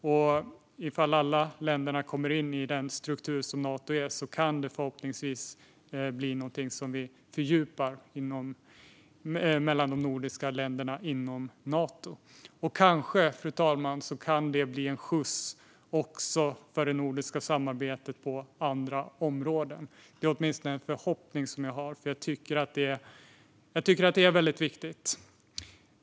Om alla länder kommer in i den struktur som Nato är kan det förhoppningsvis bli någonting som vi fördjupar mellan de nordiska länderna inom Nato. Och kanske kan det, fru talman, bli en skjuts också för det nordiska samarbetet på andra områden. Det är åtminstone en förhoppning som jag har eftersom jag tycker att det är väldigt viktigt.